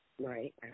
Right